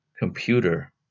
computer